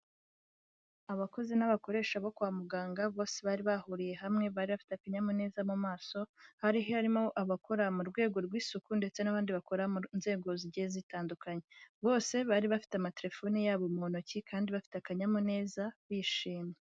abakozi n'abakoresha bo kwa muganga bose bari bahuriye hamwe, bari bafite akanyamuneza mu maso, hari harimo abakora mu rwego rw'isuku ndetse n'abandi bakora mu nzego zigiye zitandukanye. Bose bari bafite amatelefoni yabo mu ntoki kandi bafite akanyamuneza bishimye.